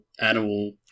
animal